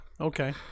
Okay